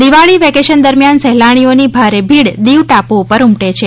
Diwali vacation દરમ્યાન સહેલાણીઓની ભારે ભીડ દિવ ટાપુ ઊપર ઊમટે છે